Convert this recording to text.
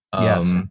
Yes